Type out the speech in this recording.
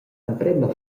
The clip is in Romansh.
emprema